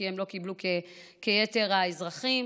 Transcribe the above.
כי הם לא קיבלו כיתר האזרחים,